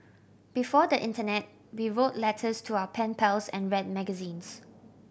before the internet we wrote letters to our pen pals and read magazines